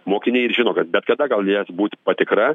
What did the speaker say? mokiniai ir žino kad bet kada galės būt patikra